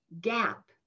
gap